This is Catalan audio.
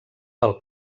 del